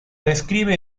describe